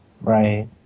right